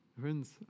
Friends